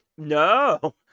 No